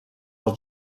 als